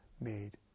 made